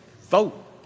vote